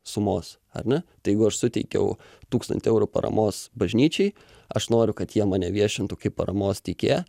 sumos ar ne tai jeigu aš suteikiau tūkstantį eurų paramos bažnyčiai aš noriu kad jie mane viešintų kaip paramos teikėją